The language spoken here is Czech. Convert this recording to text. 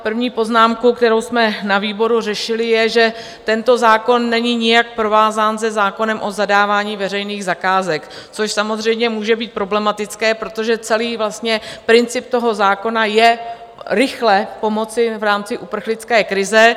První poznámka, kterou jsme na výboru řešili, je, že tento zákon není nijak provázán se zákonem o zadávání veřejných zakázek, což samozřejmě může být problematické, protože celý vlastně princip toho zákona je rychle pomoci v rámci uprchlické krize.